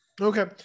Okay